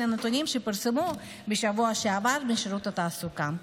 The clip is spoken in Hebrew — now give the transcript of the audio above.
נתונים שפרסמו בשבוע שעבר בשירות התעסוקה.